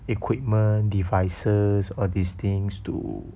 equipment devices all these things to